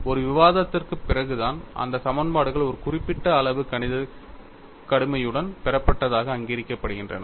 ஒரு விவாதத்திற்குப் பிறகுதான் இந்த சமன்பாடுகள் ஒரு குறிப்பிட்ட அளவு கணிதக் கடுமையுடன் பெறப்பட்டதாக அங்கீகரிக்கப்படுகின்றன